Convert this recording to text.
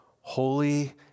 holy